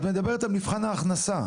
את מדברת על מבחן ההכנסה?